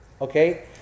okay